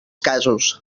casos